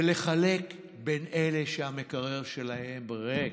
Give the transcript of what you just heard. ולחלק בין אלה שהמקרר שלהם ריק,